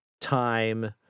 time